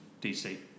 dc